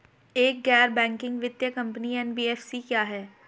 एक गैर बैंकिंग वित्तीय कंपनी एन.बी.एफ.सी क्या है?